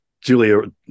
Julia